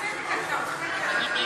להעביר את הצעת חוק ההוצאה